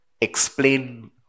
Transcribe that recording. explain